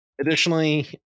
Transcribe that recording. additionally